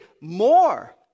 more